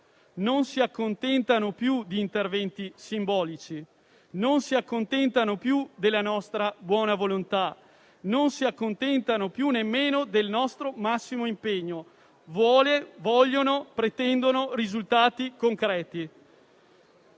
non si accontentano più di interventi simbolici, non si accontentano più della nostra buona volontà, non si accontentano più nemmeno del nostro massimo impegno. Vogliono, pretendono risultati concreti.